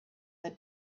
the